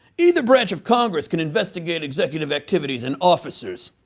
either branch of congress can investigate executive activities and officers.